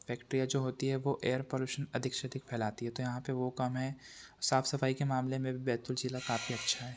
फैक्ट्रियाँ जो होती हैं वो एयर पॉल्यूशन अधिक से अधिक फैलाती हैं तो यहाँ पर वो कम है साफ सफाई के मामले में भी बैतूल जिला काफी अच्छा है